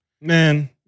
Man